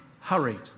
hurried